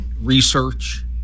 research